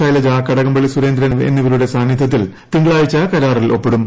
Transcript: ശൈലജ കടകംപള്ളി സുരേന്ദ്രൻ എന്നിവരുടെ സാന്നിധ്യത്തിൽ തിങ്കളാഴ്ച കരാറിൽ ഒപ്പിടും